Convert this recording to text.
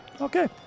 Okay